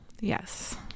Yes